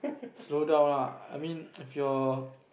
slow down ah I mean if your